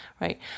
right